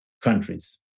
countries